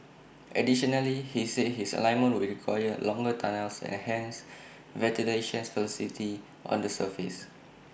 additionally he said this alignment would require longer tunnels and hence ventilation facilities on the surface